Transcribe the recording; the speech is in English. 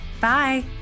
Bye